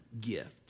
gift